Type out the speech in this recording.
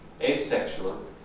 asexual